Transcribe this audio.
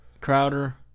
Crowder